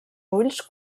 ulls